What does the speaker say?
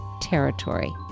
territory